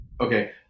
okay